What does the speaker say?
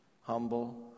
Humble